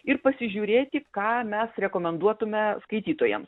ir pasižiūrėti ką mes rekomenduotume skaitytojam